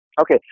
Okay